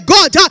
God